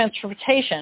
transportation